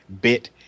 bit